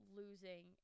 losing